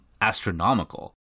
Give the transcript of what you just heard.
astronomical